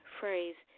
phrase